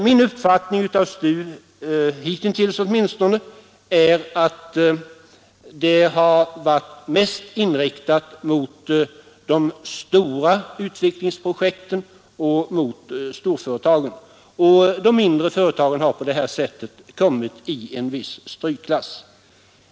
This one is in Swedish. Min uppfattning är att STU åtminstone hitintills mest varit inriktad på de stora utvecklingsprojekten och storföretagen. De mindre har på det sättet kommit i en viss strykklass.